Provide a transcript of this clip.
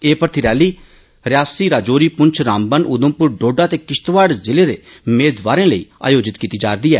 एह भर्थी रैली रियासी राजौरी पुंछ रामबन उधमपुर डोडा ते किश्तवाड़ जिले दे मेदवारें लेई आयोजित कीती जारदी ऐ